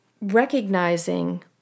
recognizing